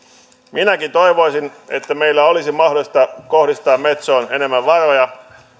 minäkin toivoisin että meillä olisi mahdollista kohdistaa metsoon enemmän varoja